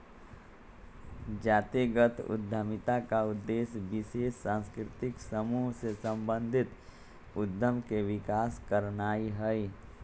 जातिगत उद्यमिता का उद्देश्य विशेष सांस्कृतिक समूह से संबंधित उद्यम के विकास करनाई हई